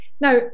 now